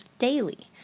daily